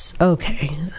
Okay